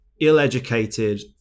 ill-educated